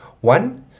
One